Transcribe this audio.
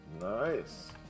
Nice